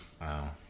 Wow